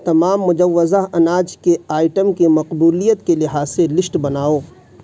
تمام مجوزہ اناج کے آئٹم کے مقبولیت کے لحاظ سے لسٹ بناؤ